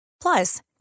Plus